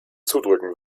zudrücken